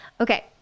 Okay